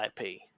IP